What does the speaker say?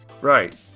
Right